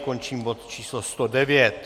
Končím bod číslo 109.